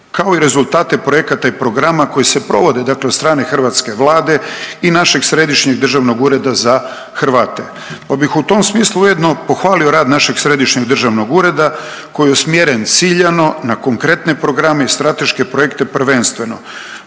kao i rezultate projekata i programa koji se provode, dakle od strane hrvatske Vlade i našeg Središnjeg državnog ureda za Hrvate, pa bih u tom smislu ujedno pohvalio rad našeg Središnjeg državnog ureda koji je usmjeren ciljano na konkretne programe i strateške projekte, prvenstveno